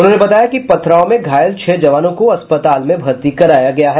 उन्होंने बताया कि पथराव में घायल छह जवानों को अस्पताल में भर्ती कराया गया है